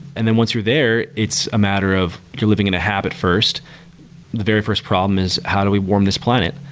and then once you're there, it's a matter of living in a habit first. the very first problem is how do we warm this planet?